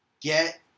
get